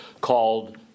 called